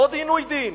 עוד עינוי דין,